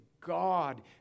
God